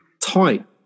tight